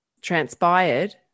transpired